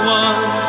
one